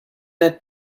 that